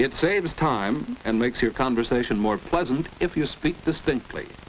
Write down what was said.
it saves time and makes your conversation more pleasant if you speak distinctly